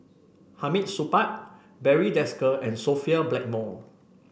Hamid Supaat Barry Desker and Sophia Blackmore